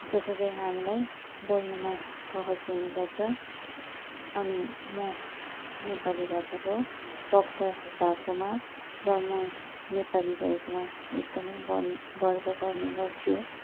जसरी हामीलाई बोल्नुमा सहज हुने गर्छ अनि म नेपाली भाषाको वक्ता भएकोमा र म नेपाली भएकोमा एकदमै गर गर्व गर्ने गर्छु